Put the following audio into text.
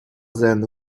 then